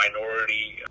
minority